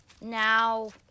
now